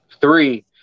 Three